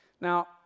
Now